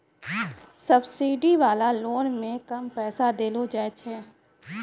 subsidy वाला loan मे कम पैसा देलो जाय छै